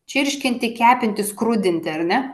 čirškinti kepinti skrudinti ar ne